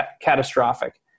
catastrophic